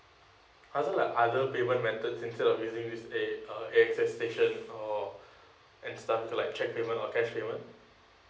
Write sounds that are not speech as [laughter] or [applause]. hasn't like other payments rented instead of using this A uh A_X_S station or [breath] and stuff to like cheque payment or cash payment